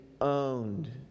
owned